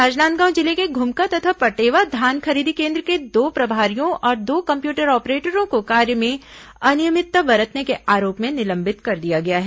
राजनांदगांव जिले के घुमका तथा पटेवा धान खरीदी केन्द्र के दो प्रभारियों और दो कम्प्यूटर ऑपरेटरों को वहीं कार्य में अनियमितता बरतने के आरोप में निलंबित कर दिया गया है